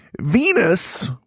Venus